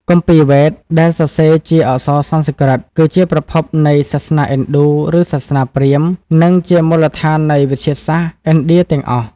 គម្ពីរវេទ ដែលសរសេរជាអក្សរសំស្ក្រឹតគឺជាប្រភពនៃសាសនាឥណ្ឌូឬសាសនាព្រាហ្មណ៍ និងជាមូលដ្ឋាននៃវិទ្យាសាស្ត្រឥណ្ឌាទាំងអស់ ។